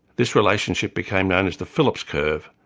this relationship became known as the phillips curve,